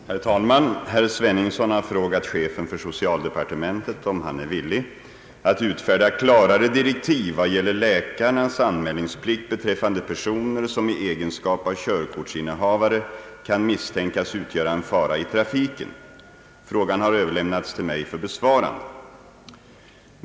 Herr talman! Herr Sveningsson har frågat chefen för socialdepartementet, om han är villig att utfärda klarare direktiv vad gäller läkarnas anmälningsplikt beträffande personer som i egenskap av körkortinnehavare kan misstänkas utgöra en fara i trafiken. Frågan har överlämnats till mig för besvarande.